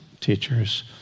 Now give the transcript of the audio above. teachers